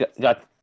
got